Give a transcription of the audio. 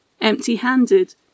empty-handed